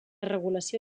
regulació